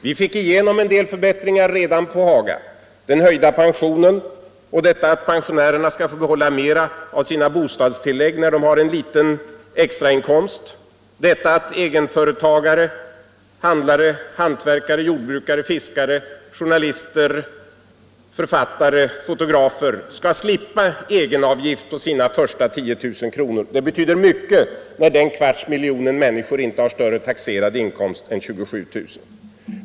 Vi fick igenom en del förbättringar på Haga: att pensionen skall höjas, att pensionärerna skall få behålla mera av sina bostadstillägg när de har en liten extrainkomst och att egenföretagare — handlare, hantverkare, jordbrukare, fiskare, journalister, författare, fotografer — skall slippa egenavgift på sina första 10000 kr. ; det betyder mycket för denna kvarts miljon människor, som i genomsnitt inte har större taxerad inkomst än 27 000.